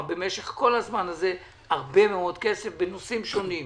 במשך כל הזמן הזה הרבה מאוד כסף בנושאים שונים.